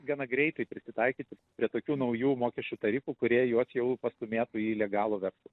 gana greitai prisitaikyti prie tokių naujų mokesčių tarifų kurie juos jau pastūmėtų į legalų verslą